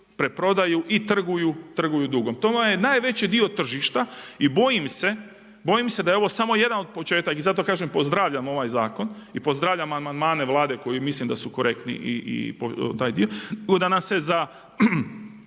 preprodaju i trguju dugom. To je najveći dio tržišta i bojim se da je ovo samo jedan od početaka, i zato kažem pozdravljam ovaj zakon i pozdravljam amandmane Vlade koji mislim da su korektni…/Govornik se ne